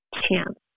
chance